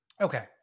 Okay